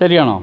ശരിയാണോ